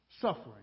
suffering